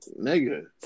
nigga